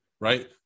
Right